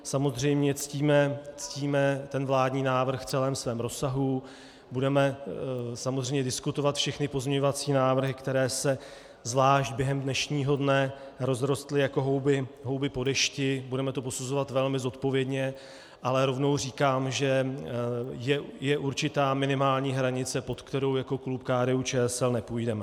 Samozřejmě ctíme ten vládní návrh v celém svém rozsahu, budeme samozřejmě diskutovat všechny pozměňovací návrhy, které se zvlášť během dnešního dne rozrostly jako houby po dešti, budeme to posuzovat velmi zodpovědně, ale rovnou říkám, že je určitá minimální hranice, pod kterou jako klub KDUČSL nepůjdeme.